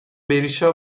berişa